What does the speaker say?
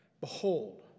behold